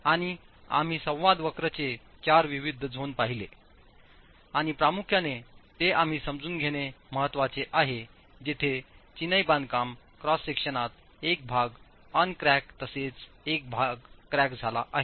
आणि आम्ही संवाद वक्रचे चार विविध झोन पाहिले आणि प्रामुख्याने ते आम्ही समजून घेणे महत्वाचे आहेआहेजेथे चिनाई बांधकाम क्रॉस सेक्शनात एक भाग अन क्रॅक तसेच एक भाग क्रॅक झाला आहे